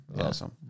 Awesome